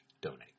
donate